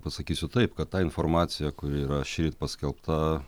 pasakysiu taip kad ta informacija kuri yra šįryt paskelbta